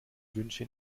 wünsche